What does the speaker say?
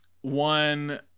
one